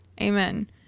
Amen